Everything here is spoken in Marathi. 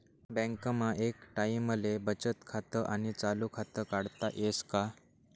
बँकमा एक टाईमले बचत खातं आणि चालू खातं काढता येस का?